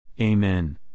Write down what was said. Amen